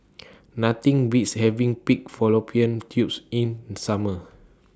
Nothing Beats having Pig Fallopian Tubes in Summer